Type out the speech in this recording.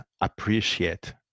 appreciate